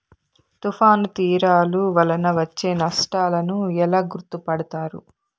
తుఫాను తీరాలు వలన వచ్చే నష్టాలను ఎలా గుర్తుపడతారు?